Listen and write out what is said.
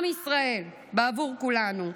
עם ישראל, בעבור כולנו.